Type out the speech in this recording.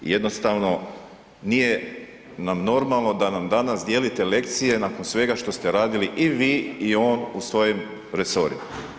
I jednostavno nije nam normalno da nam danas dijelite lekcije nakon svega što ste radili i vi i on u svojim resorima.